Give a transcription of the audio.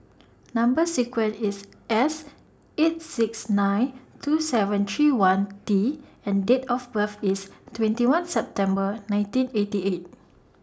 Number sequence IS S eight six nine two seven three one T and Date of birth IS twenty one September nineteen eighty eight